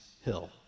hill